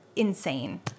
insane